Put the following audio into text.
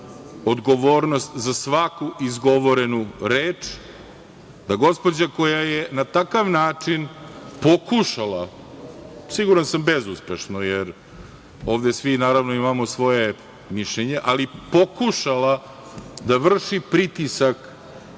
odgovornost za svaku izgovorenu reč, da gospođa koja je na takav način pokušala, siguran sam bezuspešno, jer ovde svi imamo svoje mišljenje, ali pokušala da vrši pritisak